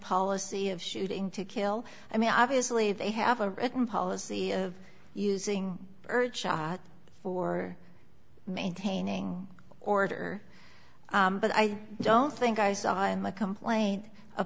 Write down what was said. policy of shooting to kill i mean obviously they have a written policy of using birdshot for maintaining order but i don't think i saw in my complaint a